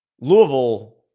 Louisville